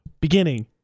Beginning